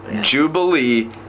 Jubilee